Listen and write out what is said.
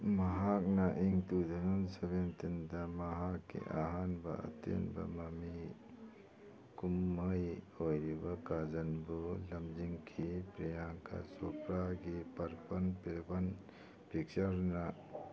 ꯃꯍꯥꯛꯅ in two thousand ꯁꯕꯦꯟꯇꯤꯟꯗ ꯃꯍꯥꯛꯀꯤ ꯑꯍꯥꯟꯕ ꯑꯇꯦꯟꯕ ꯃꯃꯤ ꯀꯨꯝꯍꯩ ꯑꯣꯏꯔꯤꯕ ꯀꯥꯖꯜꯕꯨ ꯂꯝꯖꯤꯡꯈꯤ ꯄ꯭ꯔꯤꯌꯥꯡꯀꯥ ꯆꯣꯄ꯭ꯔꯥꯒꯤ ꯄꯔꯄꯜ ꯄꯤꯔꯕꯜ ꯄꯤꯛꯆꯔꯅ